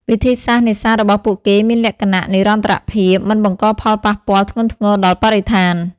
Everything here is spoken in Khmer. វិធីសាស្ត្រនេសាទរបស់ពួកគេមានលក្ខណៈ និរន្តរភាព មិនបង្កផលប៉ះពាល់ធ្ងន់ធ្ងរដល់បរិស្ថាន។